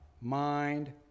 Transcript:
mind